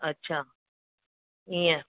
अछा ईअं